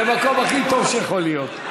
זה מקום הכי טוב שיכול להיות.